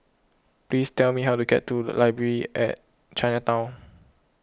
please tell me how to get to the Library at Chinatown